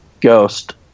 ghost